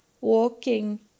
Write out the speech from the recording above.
walking